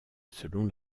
selon